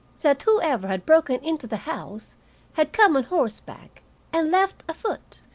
that whoever had broken into the house had come on horseback and left afoot.